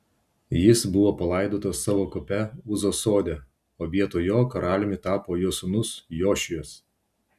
jis buvo palaidotas savo kape uzos sode o vietoj jo karaliumi tapo jo sūnus jošijas